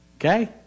Okay